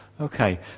Okay